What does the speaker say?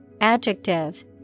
adjective